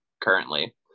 currently